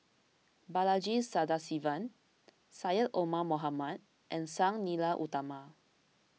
Balaji Sadasivan Syed Omar Mohamed and Sang Nila Utama